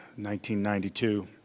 1992